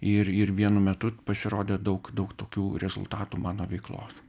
ir ir vienu metu pasirodė daug daug tokių rezultatų mano veiklos